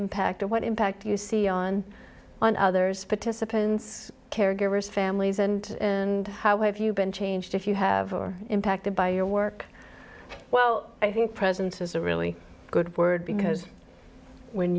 impact or what impact do you see on on others participants caregivers families and and how have you been changed if you have impacted by your work well i think presents as a really good word because when